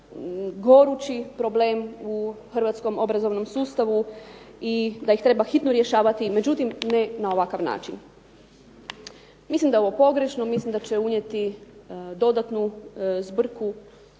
gorući problem u hrvatskom obrazovnom sustavu i da ih treba hitno rješavanja međutim ne na ovakav način. Mislim da je ovo pogrešno. Mislim da će unijeti dodatnu zbrku